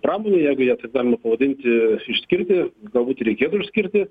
pramonėje jeigu ją taip galima vadinti išskirti galbūt ir reikėtų išskirti